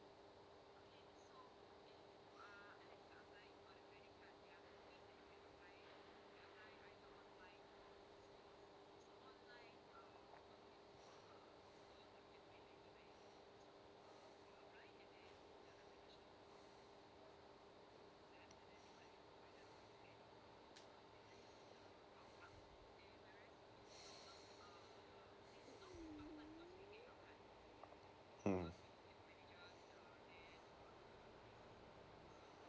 hmm